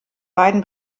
beiden